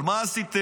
אבל מה עשיתם,